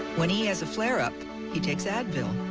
when he has a flare-up he takes advil.